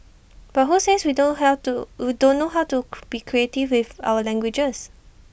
but who says we don't held to we don't know how to be creative with our languages